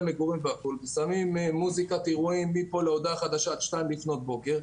מגורים עם מוזיקת אירועים עד שתיים לפנות בוקר,